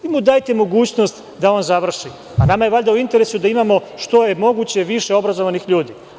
Vi mu dajte mogućnost da on završi, a nama je valjda u interesu da imamo što je moguće više obrazovanih ljudi.